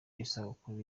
isabukuru